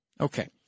Okay